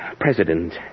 president